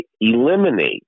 eliminate